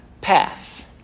path